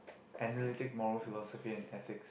analytic mono philosophy and ethics